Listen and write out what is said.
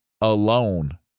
alone